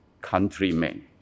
countrymen